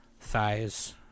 Thighs